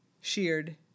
sheared